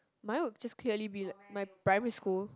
mine would just clearly be like my primary school